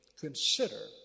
consider